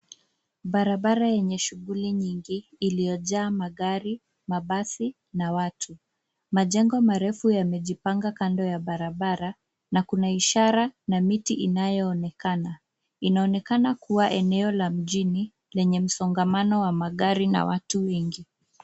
Barabara yenye shughuli nyingi iliyojaa magari, mabasi, na watu. Majengo marefu yamejipanga kando ya barabara na kuna ishara na miti inayoonekana. Inaonekana kuwa eneo la mjini lenye msongamano wa magari na watu wengi